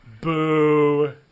boo